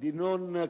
si